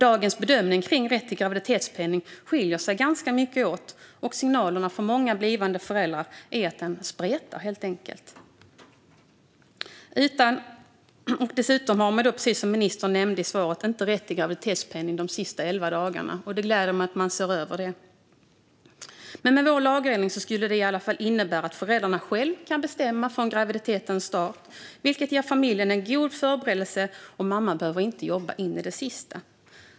Dagens bedömning kring rätt till graviditetspenning skiljer sig ganska mycket åt, och signalerna från många blivande föräldrar är att det helt enkelt spretar. Dessutom har man, som ministern nämnde i svaret, inte rätt till graviditetspenning de sista elva dagarna. Det gläder mig att man ser över det. Våra lagändringar skulle innebära att föräldrarna själva kan bestämma från graviditetens start. Det ger familjen en god förberedelse, och mamman behöver inte jobba in i det sista.